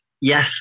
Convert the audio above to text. yes